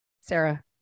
Sarah